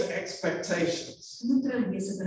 expectations